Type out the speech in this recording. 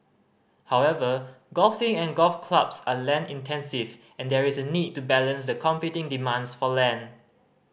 however golfing and golf clubs are land intensive and there is a need to balance the competing demands for land